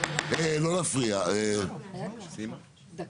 לא להפריע, סיימת?